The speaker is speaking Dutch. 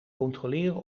controleren